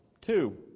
Two